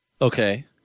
Okay